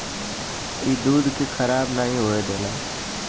ई दूध के खराब नाही होए देला